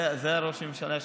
זה ראש הממשלה.